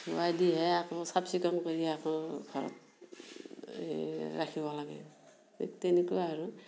ধোৱাই দিহে আকৌ চাফচিকুণ কৰি আকৌ ঘৰত এই ৰাখিব লাগে এই তেনেকুৱা আৰু